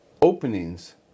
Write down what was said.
openings